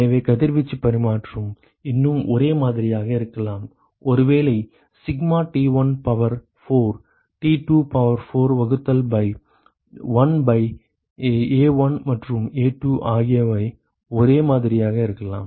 எனவே கதிர்வீச்சு பரிமாற்றம் இன்னும் ஒரே மாதிரியாக இருக்கலாம் ஒருவேளை sigma T1 power 4 T2 power 4 வகுத்தல் பை 1 பை A1 மற்றும் A2 ஆகியவை ஒரே மாதிரியாக இருக்கலாம்